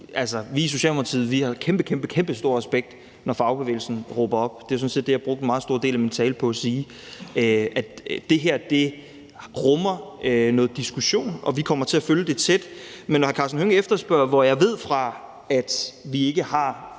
vi i Socialdemokratiet har kæmpekæmpestor respekt for det, når fagbevægelsen råber op. Det er sådan set det, jeg brugte en meget stor del af min tale på at sige, altså at det her rummer noget diskussion, og at vi kommer til at følge det tæt. Men når hr. Karsten Hønge efterspørger at finde ud af, hvor jeg ved fra, at vi ikke har